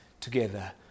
together